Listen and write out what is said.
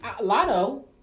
Lotto